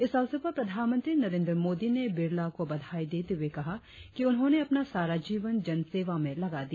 इस अवसर पर प्रधानमंत्री नरेंद्र मोदी ने बिड़ला को बधाई देते हुए कहा कि उन्होंने अपना सारा जीवन जन सेवा में लगा दिया